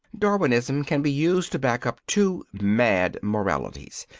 darwinism can be used to back up two mad moralities,